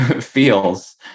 feels